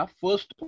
first